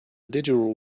digital